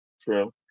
True